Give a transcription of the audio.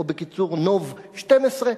או בקיצור: "נוב' 12",